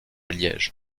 liège